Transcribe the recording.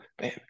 man